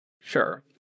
Sure